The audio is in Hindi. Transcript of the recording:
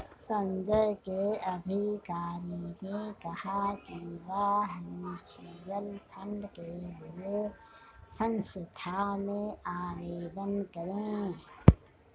संजय के अधिकारी ने कहा कि वह म्यूच्यूअल फंड के लिए संस्था में आवेदन करें